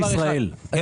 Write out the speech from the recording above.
רבות.